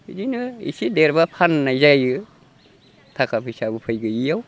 बिदिनो एसे देरब्ला फाननाय जायो थाखा फैसा उफाय गैयैयाव